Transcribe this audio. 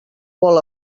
vol